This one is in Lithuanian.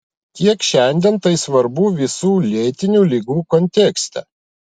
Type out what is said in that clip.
kiek šiandien tai svarbu visų lėtinių ligų kontekste